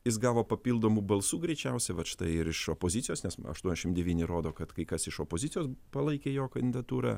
jis gavo papildomų balsų greičiausiai vat štai ir iš opozicijos nes aštuoniasdešim devyni rodo kad kai kas iš opozicijos palaikė jo kandidatūrą